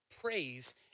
praise